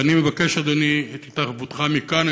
אז אני מבקש, אדוני, את התערבותך מכאן.